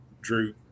drew